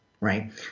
right